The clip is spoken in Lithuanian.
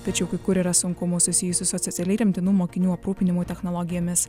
tačiau kai kur yra sunkumų susijusių su socialiai remtinų mokinių aprūpinimu technologijomis